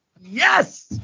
Yes